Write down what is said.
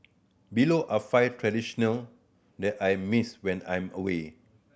below are five traditional that I miss when I'm away